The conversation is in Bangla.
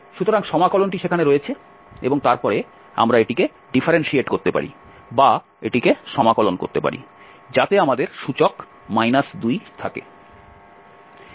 সুতরাং সমাকলনটি সেখানে রয়েছে এবং তারপরে আমরা এটিকে ডিফারেনশিয়েট করতে পারি বা এটিকে সমাকলন করতে পারি যাতে আমাদের সূচক 2 থাকে